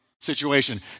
situation